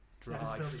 dry